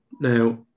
Now